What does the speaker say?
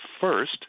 First